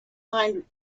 mind